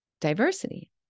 Diversity